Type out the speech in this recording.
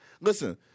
Listen